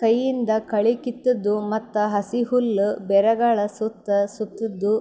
ಕೈಯಿಂದ್ ಕಳಿ ಕಿತ್ತದು ಮತ್ತ್ ಹಸಿ ಹುಲ್ಲ್ ಬೆರಗಳ್ ಸುತ್ತಾ ಸುತ್ತದು